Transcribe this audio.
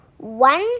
One